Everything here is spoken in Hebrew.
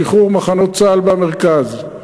שחרור מחנות צה"ל במרכז,